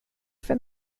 för